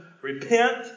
repent